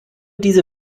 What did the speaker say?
diese